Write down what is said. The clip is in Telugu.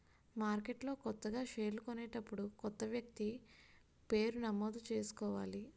మార్కెట్లో కొత్తగా షేర్లు కొనేటప్పుడు కొత్త వ్యక్తి పేరు నమోదు చేసుకోవాలి